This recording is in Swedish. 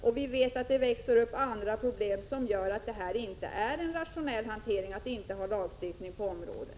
Vi vet också att det kommer att uppstå andra problem, som gör att man inte kan tala om en rationell hantering om man inte inför lagstiftning på området.